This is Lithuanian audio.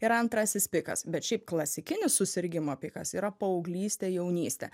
yra antrasis pikas bet šiaip klasikinis susirgimo pikas yra paauglystė jaunystė